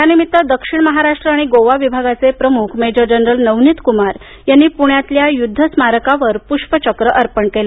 यानिमित्त दक्षिण महाराष्ट्र आणि गोवा विभागाचे प्रमुख मेजर जनरल नवनीत कुमार यांनी पुण्यातल्या युद्ध स्मारकावर पुष्पचक्र अर्पण केलं